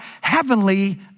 heavenly